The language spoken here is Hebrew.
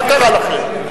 מה קרה לכם?